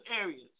areas